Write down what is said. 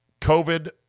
COVID